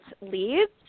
leads